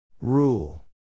Rule